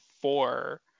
four